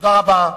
תודה רבה.